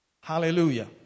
Hallelujah